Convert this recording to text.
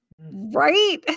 right